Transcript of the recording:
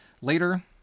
later